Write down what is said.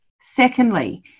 Secondly